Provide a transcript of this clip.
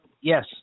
yes